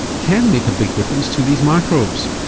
can make a big difference to these microbes.